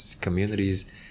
communities